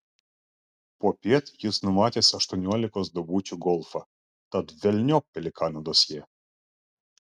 popiet jis numatęs aštuoniolikos duobučių golfą tad velniop pelikano dosjė